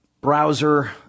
browser